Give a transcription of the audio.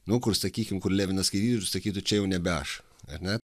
nu kur sakykim kur levinas ir sakytų čia jau nebe aš ar ne